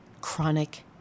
chronic